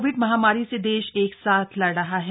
Covid महामारी से देश एक साथ लड़ रहा है